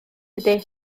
ydi